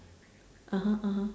(uh huh) (uh huh)